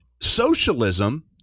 socialism